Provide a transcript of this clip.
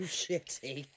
shitty